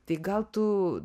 tai gal tu